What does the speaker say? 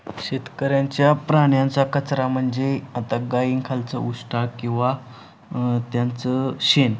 शेतकऱ्यांच्या प्राण्यांचा कचरा म्हणजे आता गाईंखालचं उष्टं किंवा त्यांचं शेण